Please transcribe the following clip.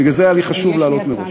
בגלל זה היה לי חשוב לעלות מראש.